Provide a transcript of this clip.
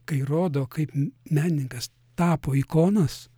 kai rodo kaip m menininkas tapo ikonas